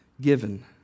given